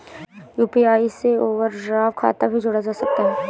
UPI से overdraft खाता भी जोड़ा जा सकता है